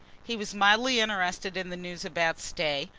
he was mildly interested in the news about stay,